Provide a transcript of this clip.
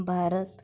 Bharat